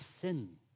sin